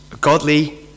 godly